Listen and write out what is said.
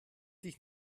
dich